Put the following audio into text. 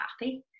happy